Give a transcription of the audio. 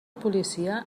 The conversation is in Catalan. policia